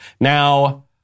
Now